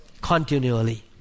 continually